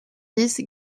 dix